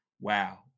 wow